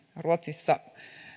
ruotsissa